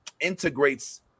integrates